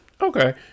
Okay